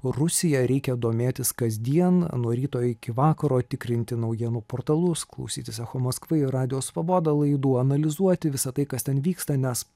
rusija reikia domėtis kasdien nuo ryto iki vakaro tikrinti naujienų portalus klausytis eco maskvy ir radijo svaboda laidų analizuoti visa tai kas ten vyksta nes